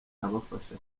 abafasha